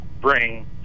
bring